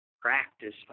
practice